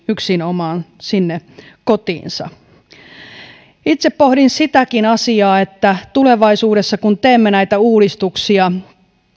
yksinomaan sinne kotiinsa taloudellisin rangaistuksin itse pohdin sitäkin asiaa että kun tulevaisuudessa teemme näitä uudistuksia